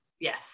Yes